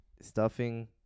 Stuffing